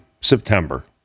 September